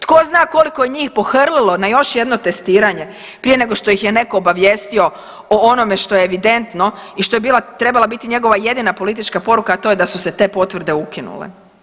Tko zna koliko je njih pohrlilo na još jedno testiranje prije nego što ih je netko obavijestio o onome što je evidentno i što je trebala biti njegova jedina politička poruka, a to je da su se te potvrde ukinule.